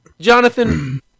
Jonathan